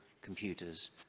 computers